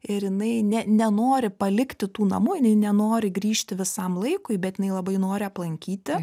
ir jinai ne nenori palikti tų namų jinai nenori grįžti visam laikui bet jinai labai nori aplankyti